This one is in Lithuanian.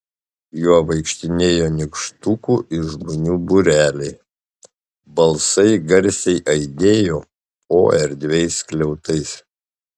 juo vaikštinėjo nykštukų ir žmonių būreliai balsai garsiai aidėjo po erdviais skliautais